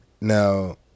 now